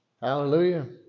Hallelujah